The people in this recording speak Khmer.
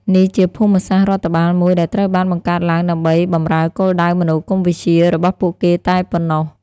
នេះជាភូមិសាស្ត្ររដ្ឋបាលមួយដែលត្រូវបានបង្កើតឡើងដើម្បីបម្រើគោលដៅមនោគមវិជ្ជារបស់ពួកគេតែប៉ុណ្ណោះ។